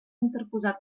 interposar